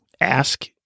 Ask